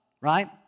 right